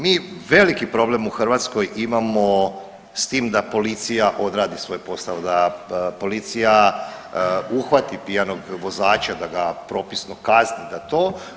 Mi veliki problem u Hrvatskoj imamo s tim da policija odradi svoj posao, da policija uhvati pijanog vozača, da ga propisno kazni za to.